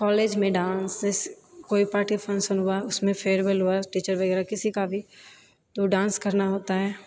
कॉलेजमे डान्स कोइ party function हुए उसमे फेयरवेल हुआ टीचर वगैरह किसी का भी तो डान्स करना होता है